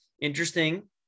Interesting